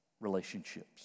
relationships